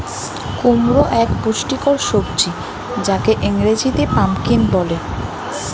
কুমড়ো এক পুষ্টিকর সবজি যাকে ইংরেজিতে পাম্পকিন বলে